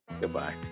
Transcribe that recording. goodbye